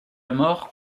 mort